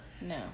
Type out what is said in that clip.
No